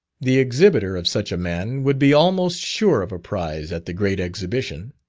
the exhibitor of such a man would be almost sure of a prize at the great exhibition.